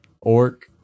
Orc